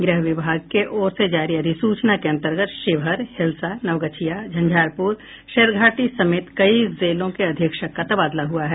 गृह विभाग की ओर से जारी अधिसूचना के अन्तर्गत शिवहर हिलसा नवगछिया झंझारपुर और शेरघाटी समेत कई जेलों के अधीक्षक का तबादला हुआ है